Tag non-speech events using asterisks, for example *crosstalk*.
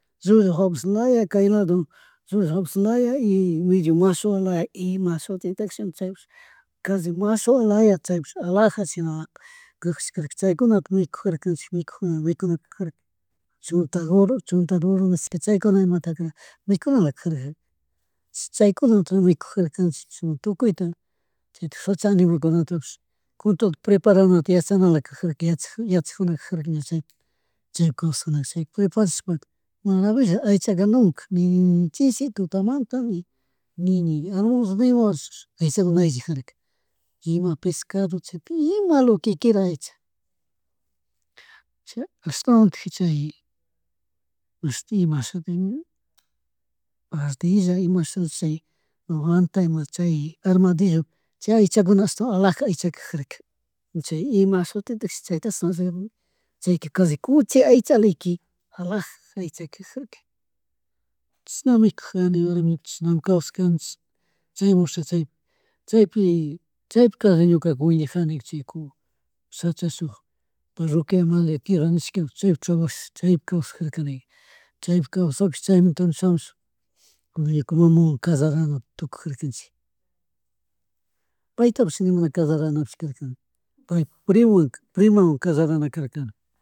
Llullu habas *unintelligible* ña kaylado *noise* llullu jabas laya y medio mashua laya, imashutitashi chaypiksh kashi mashualaya chaypish alahja shinalatik kajashkarka chyakunata mikujarkanchik, mikujuna mikuta karka chota kuro, chota duro, nishka chaykuna imataka *noise* mikunalakajarka chaykunamuta mikujarkac¡nchik chishna tukuyta chaytik shacha animakunatapish con todo preparanata yachachanalata kajarka yachak yachakjunaka ña chayta chay kausajunaka chita preparashaka maravilla aichaka nunka ni chishi, tutamanta ni ni, almollo ima horashpi *unintelligible* ima pescado chay pi ima lo que quiera aycha *noise* ashtawantik chay, mashti ima shutimi, ardilla imashuti chay wanta ima chay armadillo chay aychakuna ashtawan alaja aichakuna kajarka chay ima shutitikchishi chaytashi mana yuyarinika chayka kaslli cuchi aychalaya alaja aicha kajarka chishna mikujarka warmiku, chashnami kawsakanchik chaymu rishaka chaypi chaypi kalli wipajani chaypu shacha shuk parroquia Madre Tierra nishkawan chaypi trabajash chaypi kawsajarkani chaypi kawshakush chaymanta shamush, kunan ña ñuka mamawan kallarana tukujarkanchik paytapish ni mana kakllaranakarkapishkarkana paypuk primawanka, primawan kallaranakarkani